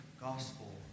gospel